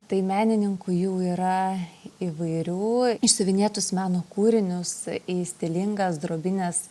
tai menininkų jų yra įvairių išsiuvinėtus meno kūrinius į stilingas drobines